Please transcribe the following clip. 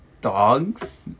dogs